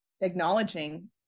acknowledging